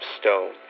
stone